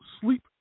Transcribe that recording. sleep